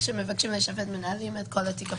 כשהם מבקשים להישפט, מנהלים את כל התיק הפלילי.